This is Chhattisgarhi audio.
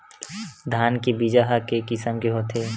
धान के बीजा ह के किसम के होथे?